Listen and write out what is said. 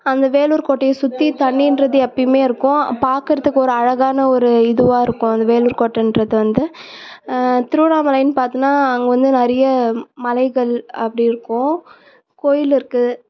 அந்த வேலூர் கோட்டையை சுற்றி தண்ணின்றது எப்பையுமே இருக்கும் பார்க்குறத்துக்கு ஒரு அழகான ஒரு இதுவாக இருக்கும் அந்த வேலூர் கோட்டைன்றது வந்து திருவண்ணாமலைன்னு பார்த்தோன்னா அங்கேவந்து நிறைய மலைகள் அப்படி இருக்கும் கோயில் இருக்கு